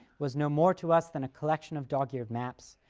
was no more to us than a collection of dog-eared maps,